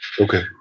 Okay